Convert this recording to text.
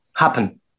happen